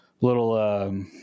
little –